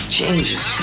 changes